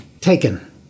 taken